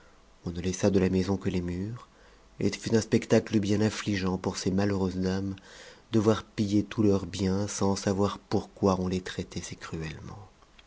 on ne laissa de la maison que les murs et ce fut un spectacle bien anigeant pour ces malheureuses dames de voir piller tous leurs biens sans savoir pourquoi ou les traitait si cruellement